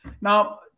Now